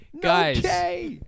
Guys